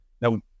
Now